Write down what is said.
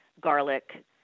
garlic